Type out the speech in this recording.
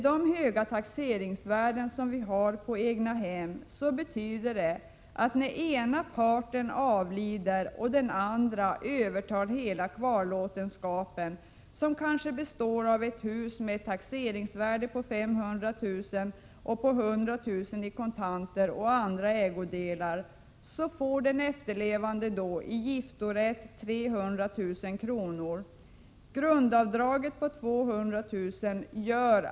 De höga taxeringsvärden som vi har på egnahem kan innebära följande. När den ena parten avlider och den andra övertar hela kvarlåtenskapen, som består av ett hus med ett taxeringsvärde på 500 000 kr. samt 100 000 kr. i kontanter och andra egodelar, får den efterlevande i giftorätt 300 000 kr., och eftersom grundavdraget är på 200 000 kr.